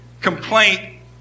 complaint